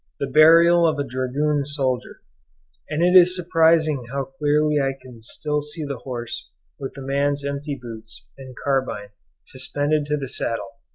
the burial of a dragoon soldier and it is surprising how clearly i can still see the horse with the man's empty boots and carbine suspended to the saddle,